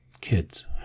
kids